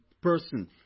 person